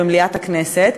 במליאת הכנסת.